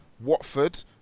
Watford